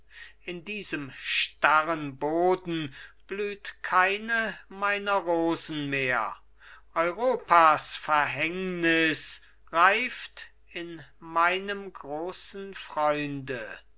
in diesem starren boden blüht keine meiner rosen mehr europas verhängnis reift in meinem großen freunde